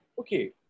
okay